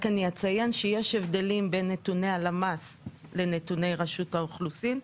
יש הבדלים בין נתוני הלמ"ס לנתוני רשות האוכלוסין.